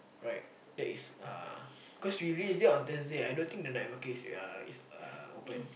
right that is uh cause we reach there on Thursday I don't think the night market is uh is uh open